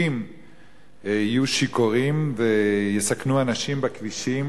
שיהודים יהיו שיכורים ויסכנו אנשים בכבישים.